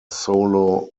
solo